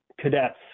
cadets